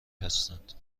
هستند